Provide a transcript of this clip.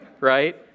Right